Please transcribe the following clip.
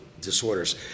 disorders